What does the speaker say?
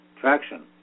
traction